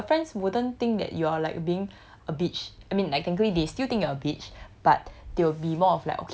can [what] because your friends wouldn't think that you are like being a bitch I mean like they still think you're a bitch but